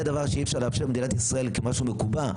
זה דבר שאי-אפשר לאפשר במדינת ישראל כמשהו מקובע.